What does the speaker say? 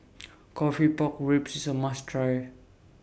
Coffee Pork Ribs IS A must Try